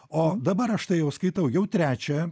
o dabar aš tai jau skaitau jau trečią